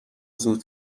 زود